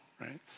right